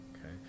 okay